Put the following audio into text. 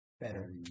better